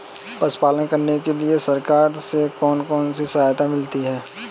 पशु पालन करने के लिए सरकार से कौन कौन सी सहायता मिलती है